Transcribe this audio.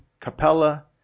capella